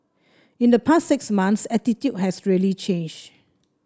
in the past six months attitude has really changed